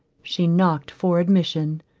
she knocked for admission.